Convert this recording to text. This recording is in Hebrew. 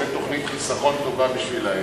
שזאת תוכנית חיסכון טובה בשבילן,